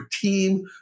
team